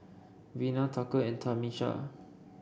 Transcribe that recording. Vena Tucker and Tamisha